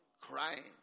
Crying